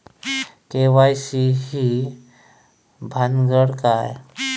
KYC ही भानगड काय?